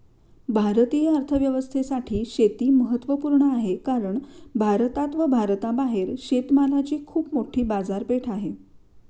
भारतीय अर्थव्यवस्थेसाठी शेती महत्वपूर्ण आहे कारण भारतात व भारताबाहेर शेतमालाची खूप मोठी बाजारपेठ आहे